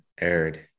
aired